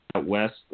West